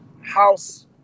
House